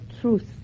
truth